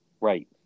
Right